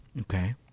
Okay